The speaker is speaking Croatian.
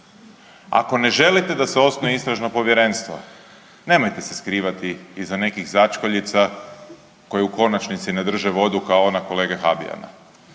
Ako ne želite da se osnuje Istražno povjerenstvo nemojte se skrivati iza nekih začkoljica koje u konačnici ne drže vodu kao ona kolege Habijena.